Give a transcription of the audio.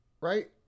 Right